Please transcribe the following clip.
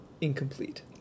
incomplete